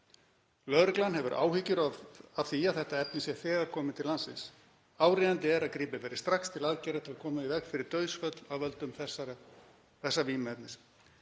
Lögreglan hefur áhyggjur af því að þetta efni sé þegar komið til landsins. Áríðandi er að gripið verði strax til aðgerða til að koma í veg fyrir dauðsföll af völdum þessa vímuefnis.